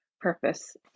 purpose